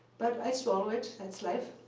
but i swallow it, that's life.